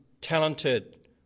talented